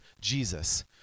Jesus